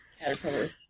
Caterpillar's